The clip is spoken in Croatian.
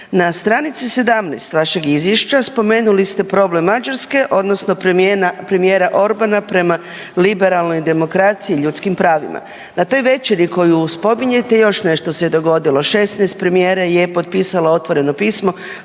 Na stranici 17. vašeg Izvješća, spomenuli ste problem Mađarske, odnosno premijera Orbana prema liberalnoj demokraciji i ljudskim pravima. Na toj večeri koju spominjete, još nešto se dogodilo. 16 premijera je potpisalo otvoreno pismo,